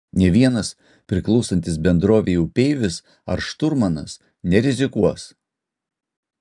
nė vienas priklausantis bendrovei upeivis ar šturmanas nerizikuos